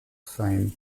fame